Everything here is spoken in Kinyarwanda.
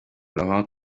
laurent